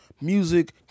music